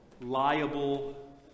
liable